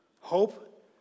hope